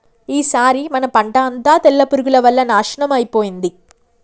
ఈసారి మన పంట అంతా తెల్ల పురుగుల వల్ల నాశనం అయిపోయింది